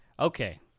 Okay